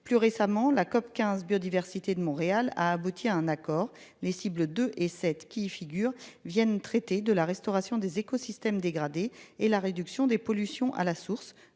plus récemment la COP15 biodiversité de Montréal a abouti à un accord. Les cibles de et sept qui figure viennent traiter de la restauration des écosystèmes dégradés et la réduction des pollutions à la source